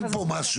אין פה משהו,